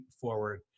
forward